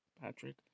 Patrick